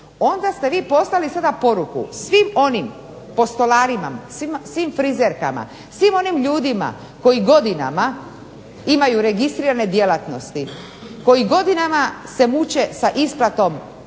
onda ste vi poslali sada poruku svim onim postolarima, svim frizerkama, svim onim ljudima koji godinama imaju registrirane djelatnosti, koji godinama se muče sa isplatom